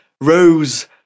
rose